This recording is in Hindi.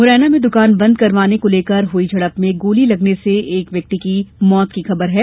मुरैना में दुकान बंद करवाने को लेकर हुई झड़प में गोली लगने से एक की मौत की खबर है